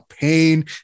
pain